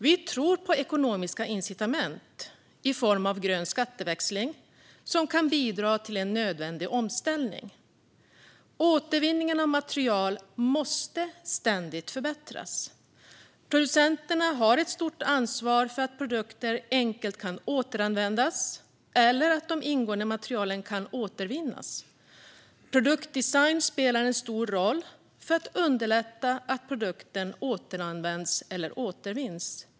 Vi tror på ekonomiska incitament i form av grön skatteväxling, som kan bidra till en nödvändig omställning. Återvinningen av material måste ständigt förbättras. Producenter har ett stort ansvar för att produkter enkelt ska kunna återanvändas eller att de ingående materialen ska kunna återvinnas. Produktdesign spelar en viktig roll för att underlätta att produkten återanvänds eller återvinns.